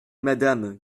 madame